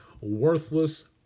worthless